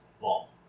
vault